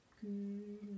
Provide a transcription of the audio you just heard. good